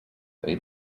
they